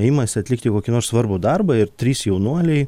imasi atlikti kokį nors svarbų darbą ir trys jaunuoliai